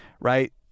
right